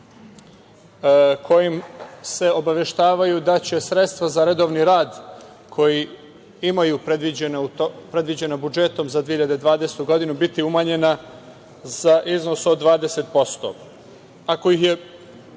kojim se obaveštavaju da će sredstva za redovan rad koji imaju predviđena budžetom za 2020. godinu biti umanjena za iznos od 20%.